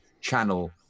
channel